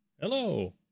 hello